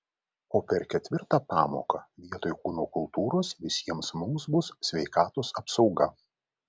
o per ketvirtą pamoką vietoj kūno kultūros visiems mums bus sveikatos apsauga